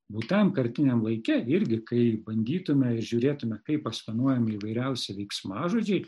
būtajam kartiniam laike irgi kai bandytume ir žiūrėtume kaip asmenuojami įvairiausi veiksmažodžiai